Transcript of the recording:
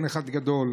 כן אחד גדול.